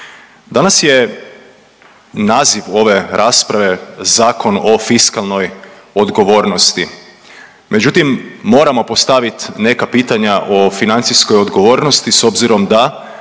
Danas je naziv ove rasprave Zakon o fiskalnoj odgovornosti, međutim moramo postaviti neka pitanja o financijskoj odgovornosti s obzirom da